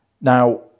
now